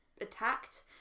attacked